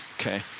okay